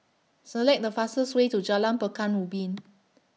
Select The fastest Way to Jalan Pekan Ubin